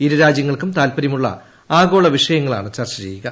ഇരു രാജ്യങ്ങൾക്കും താൽപര്യമുളള ആഗോള വിഷയങ്ങളാണ് ചർച്ച ചെയ്യുക